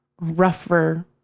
rougher